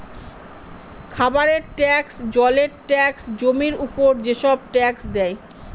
খাবারের ট্যাক্স, জলের ট্যাক্স, জমির উপর যেসব ট্যাক্স দেয়